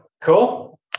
Cool